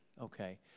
Okay